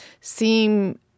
seem